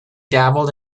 dabbled